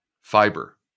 fiber